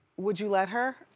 would you let her?